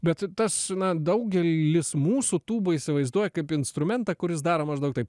bet tas na daugelis mūsų tūbą įsivaizduoja kaip instrumentą kuris daro maždaug taip